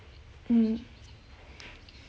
mm